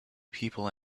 people